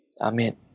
Amen